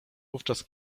wówczas